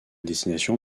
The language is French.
destination